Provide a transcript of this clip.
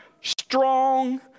strong